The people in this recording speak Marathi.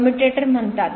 कम्युटेटर म्हणतात